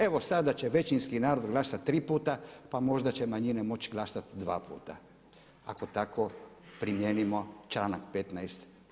Evo sada će većinski narod glasati tri puta, pa možda će manjine moći glasati dva puta ako tako primijenimo članak 15.